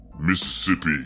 Mississippi